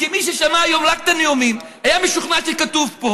כי מי ששמע היום רק את הנואמים היה משוכנע שכתוב פה: